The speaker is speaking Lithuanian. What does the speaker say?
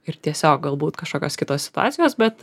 ir tiesiog galbūt kažkokios kitos situacijos bet